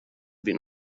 been